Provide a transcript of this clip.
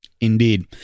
indeed